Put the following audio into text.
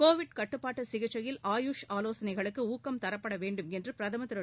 Covid கட்டுப்பாட்டு சிகிச்சையில் ஆயுஷ் ஆலோசனைகளுக்கு ஊக்கம் தரப்பட வேண்டும் என்று பிரதமர் திரு